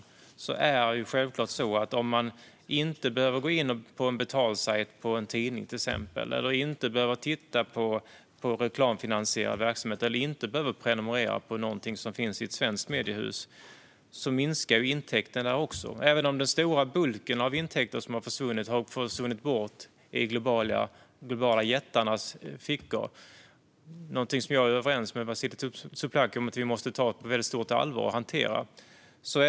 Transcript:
Och på marginalen är det självklart så att om man inte behöver gå in på en betalsajt för en tidning, inte behöver titta på reklamfinansierad verksamhet eller inte behöver prenumerera på någonting som finns i ett svenskt mediehus minskar också intäkterna. Den stora bulken av intäkter som har försvunnit har gått ned i de globala jättarnas fickor; det är någonting som jag är överens med Vasiliki Tsouplaki om att vi måste ta på stort allvar och hantera.